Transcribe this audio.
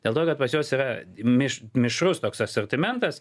dėl to kad pas juos yra mišrus toks asortimentas